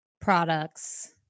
products